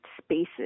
spaces